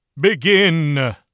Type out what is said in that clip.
Begin